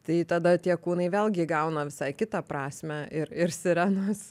tai tada tie kūnai vėlgi įgauna visai kitą prasmę ir ir sirenos